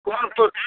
कोन फूल